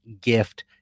gift